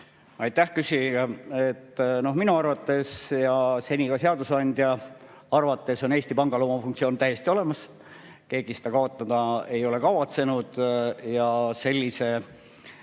Aitäh, küsija! Minu arvates ja seni ka seadusandja arvates on Eesti Pangal oma funktsioon täiesti olemas. Keegi seda kaotada ei ole kavatsenud ja sellise